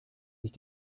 sich